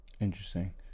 Interesting